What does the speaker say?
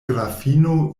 grafino